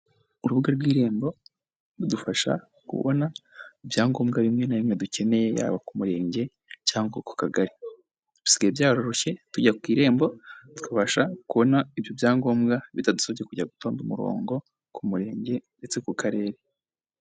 Urubuga rw'irembo, rudufasha kubona ibyangombwa bimwe na bi rimwe dukeneye, yaba ku murenge cyangwa ku kagari. Bisigaye byororoshye tujya ku irembo, tukabasha kubona ibyo byangombwa, bitadusabye kujya gutonda umurongo ku murenge ndetse no ku karere.